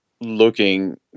looking